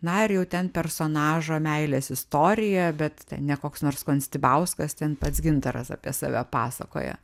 na ir jau ten personažo meilės istorijoja bet ten ne koks nors konstibauskas ten pats gintaras apie save pasakoja